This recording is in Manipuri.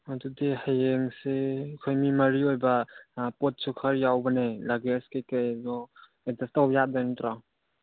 ꯑꯗꯨꯗꯤ ꯍꯌꯦꯡꯁꯦ ꯑꯩꯈꯣꯏ ꯃꯤ ꯃꯔꯤ ꯑꯣꯏꯕ ꯄꯣꯠꯁꯨ ꯈꯔ ꯌꯥꯎꯕꯅꯦ ꯂꯒꯦꯁ ꯀꯩꯀꯩꯗꯣ ꯑꯦꯖꯁ ꯇꯧ ꯌꯥꯗꯣꯏ ꯅꯠꯇ꯭ꯔꯣ